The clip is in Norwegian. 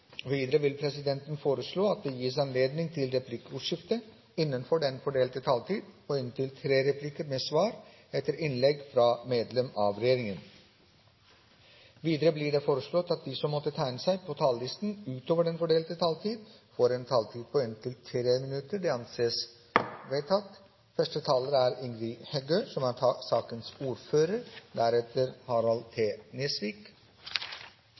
Videre vil presidenten foreslå at det gis anledning til replikkordskifte på inntil tre replikker med svar etter innlegg fra hovedtalerne fra hver gruppe og inntil fem replikker med svar etter innlegg fra medlem av regjeringen innenfor den fordelte taletid. Videre blir det foreslått at de som måtte tegne seg på talerlisten utover den fordelte taletid, får en taletid på inntil 3 minutter. – Det anses vedtatt.